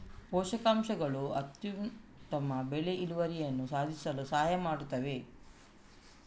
ಪೋಷಕಾಂಶಗಳು ಅತ್ಯುತ್ತಮ ಬೆಳೆ ಇಳುವರಿಯನ್ನು ಸಾಧಿಸಲು ಸಹಾಯ ಮಾಡುತ್ತದೆ